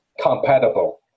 compatible